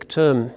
term